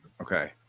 Okay